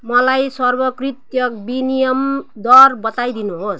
मलाई सर्वोत्कृष्ट विनिमय दर बताइदिनुहोस्